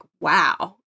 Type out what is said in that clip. wow